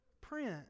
print